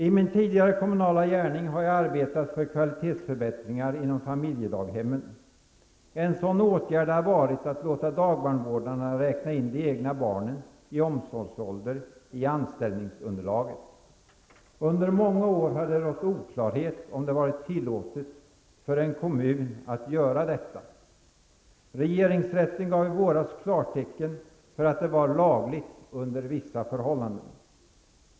I min tidigare kommunala gärning har jag arbetat för kvalitetsförbättringar inom familjedaghemmen. En sådan åtgärd har varit att låta dagbarnvårdarna räkna in de egna barnen i omsorgsålder i anställningsunderlaget. Under många år har det rått oklarhet om det varit tillåtet för en kommun att göra detta. Regeringsrätten gav i våras klartecken för att det var lagligt under vissa förhållanden.